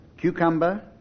Cucumber